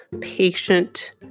patient